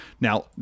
now